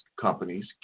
companies